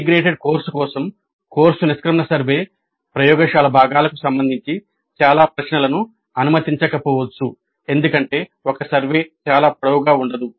integrated course కోసం course నిష్క్రమణ survey ప్రయోగశాల భాగాలకు సంబంధించి చాలా ప్రశ్నలను అనుమతించకపోవచ్చు ఎందుకంటే ఒక సర్వే చాలా పొడవుగా ఉండదు